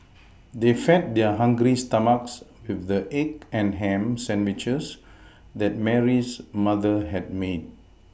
they fed their hungry stomachs with the egg and ham sandwiches that Mary's mother had made